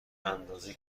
اندازه